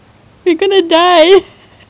we're gonna die